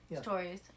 Stories